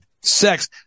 sex